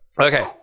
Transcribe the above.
okay